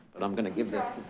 but i'm going to give this.